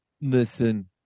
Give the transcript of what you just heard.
Listen